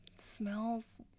smells